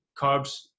carbs